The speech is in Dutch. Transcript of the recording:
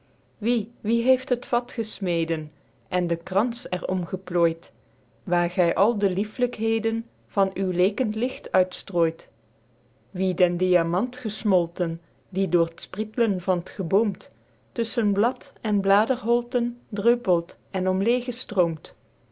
wie wie heeft het vat gesmeden en den krans er om geplooid waer gy al de lieflykheden van uw lekend licht uit strooit guido gezelle vlaemsche dichtoefeningen wie den diamant gesmolten die door t sprietlen van t geboomt tusschen blad en bladerholten dreupelt en omleege stroomt